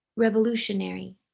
Revolutionary